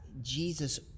Jesus